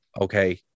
okay